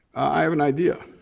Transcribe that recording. i have an idea,